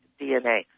DNA